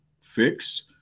fix